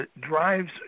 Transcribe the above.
drives